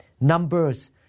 Numbers